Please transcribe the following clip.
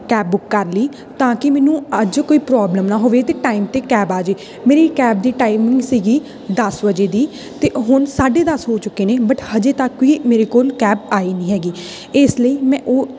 cab book ਕਰ ਲਈ ਤਾਂ ਕਿ ਮੈਨੂੰ ਅੱਜ ਕੋਈ ਪ੍ਰੋਬਲਮ ਨਾ ਹੋਵੇ ਅਤੇ ਟਾਈਮ 'ਤੇ ਕੈਬ ਆ ਜੇ ਮੇਰੀ ਕੈਬ ਦੀ ਟਾਈਮਿੰਗ ਸੀਗੀ ਦਸ ਵਜੇ ਦੀ ਅਤੇ ਹੁਣ ਸਾਢੇ ਦਸ ਹੋ ਚੁੱਕੇ ਨੇ ਬਟ ਹਜੇ ਤੱਕ ਕੋਈ ਮੇਰੇ ਕੋਲ ਕੈਬ ਆਈ ਨਹੀਂ ਹੈਗੀ ਇਸ ਲਈ ਮੈਂ ਓਹ